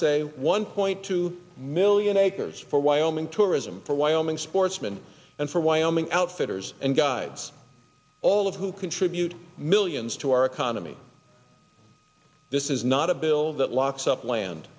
say one point two million acres for wyoming tourism for wyoming sportsman and for wyoming outfitters and guides all of who contribute millions to our economy this is not a bill that locks up land